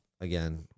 again